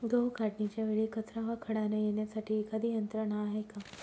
गहू काढणीच्या वेळी कचरा व खडा न येण्यासाठी एखादी यंत्रणा आहे का?